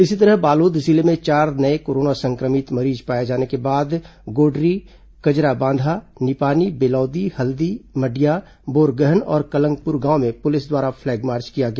इसी तरह बालोद जिले में चार नए कोरोना संक्रमित मरीज पाए जाने के बाद गोडरी कजराबांधा निपानी बेलौदी हल्दी मटिया बोरगहन और कलंगपुर गांव में पुलिस द्वारा फ्लैग मार्च किया गया